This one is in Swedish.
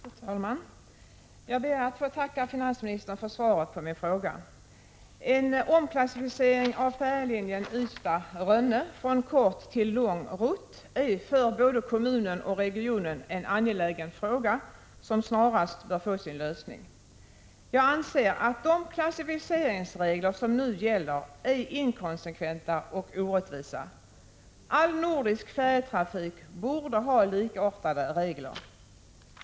Fru talman! Jag ber att få tacka finansministern för svaret på min fråga. En omklassificering av färjelinjen Ystad-Rönne från kort till lång rutt är för både kommunen och regionen en angelägen fråga som snarast bör få sin 51 lösning. Jag anser att de klassificeringsregler som nu gäller är inkonsekventa och orättvisa. All nordisk färjetrafik borde ha likartade regler.